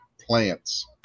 plants